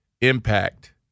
impact